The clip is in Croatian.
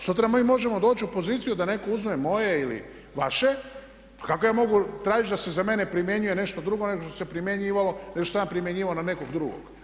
Sutra mi možemo doći u poziciju da netko uzme moje ili vaše, pa kako ja mogu tražiti da se za mene primjenjuje nešto drugo nego što se primjenjivalo, nego što sam ja primjenjivao na nekog drugog.